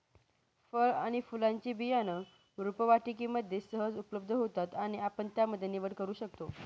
फळ आणि फुलांचे बियाणं रोपवाटिकेमध्ये सहज उपलब्ध होतात आणि आपण त्यामध्ये निवड करू शकतो